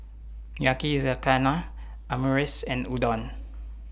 Yakizakana Omurice and Udon